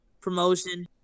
promotion